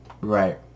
Right